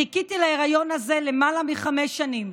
חיכיתי להיריון הזה למעלה מחמש שנים.